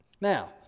Now